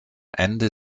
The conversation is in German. ende